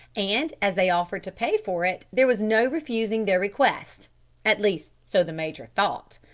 and as they offered to pay for it there was no refusing their request at least so the major thought.